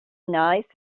nice